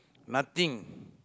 nothing